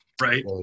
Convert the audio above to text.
right